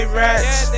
rats